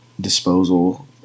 disposal